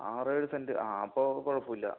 ആറ് ഏഴ് സെൻറ്റ് ആ അപ്പോൾ കുഴപ്പം ഇല്ല